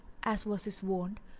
as was his wont,